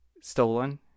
stolen